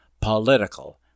political